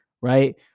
right